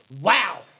wow